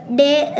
day